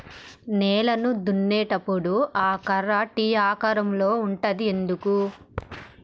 నేలను దున్నేటప్పుడు ఆ కర్ర టీ ఆకారం లో ఉంటది ఎందుకు?